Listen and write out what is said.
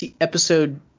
episode